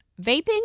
Vaping